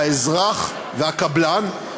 האזרח והקבלן.